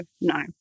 no